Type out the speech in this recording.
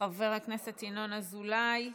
חבר הכנסת ינון אזולאי.